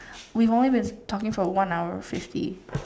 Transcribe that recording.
we've only been talking for one hour fifty